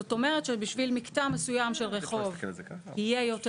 זאת אומרת שבשביל מקטע מסוים של רחוב יהיה יותר